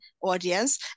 audience